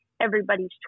everybody's